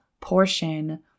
portion